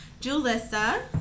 Julissa